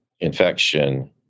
infection